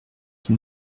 qui